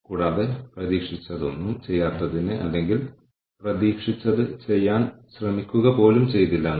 കൂടാതെ നിങ്ങളുടെ പ്രവർത്തനങ്ങൾ നിയന്ത്രിക്കുന്നതിന് ആ സാങ്കേതികവിദ്യ നടപ്പിലാക്കാൻ നിങ്ങളുടെ സ്ഥാപനം പദ്ധതിയിടുന്നുണ്ടാകാം